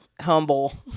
humble